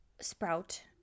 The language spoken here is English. sprout